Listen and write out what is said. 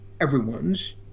everyone's